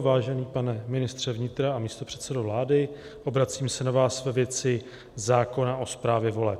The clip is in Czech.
Vážený pane ministře vnitra a místopředsedo vlády, obracím se na vás ve věci zákona o správě voleb.